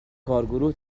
کارگروه